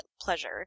pleasure